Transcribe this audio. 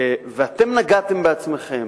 ואתם נגעתם בזה בעצמכם,